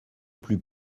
plus